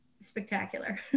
spectacular